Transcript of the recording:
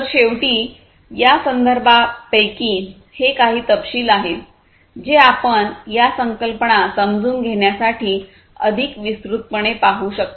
तर शेवटी या संदर्भांपैकी हे काही तपशील आहेत जे आपण या संकल्पना समजून घेण्यासाठी अधिक विस्तृतपणे पाहू शकता